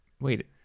Wait